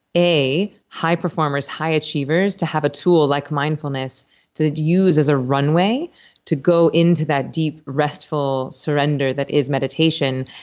a, high performers, high achievers, to have a tool like mindfulness to use as a runway to go into that deep, restful surrender that is meditation,